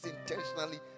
intentionally